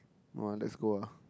no lah let's go lah